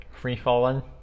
Free-falling